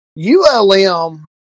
ULM